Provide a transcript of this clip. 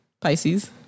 Pisces